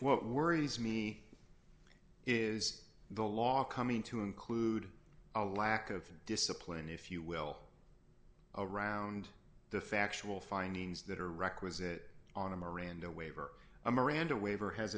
what worries me is the law coming to include a lack of discipline if you will around the factual findings that are requisite on a miranda waiver a miranda waiver has